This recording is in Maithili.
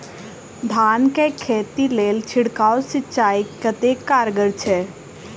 धान कऽ खेती लेल छिड़काव सिंचाई कतेक कारगर छै?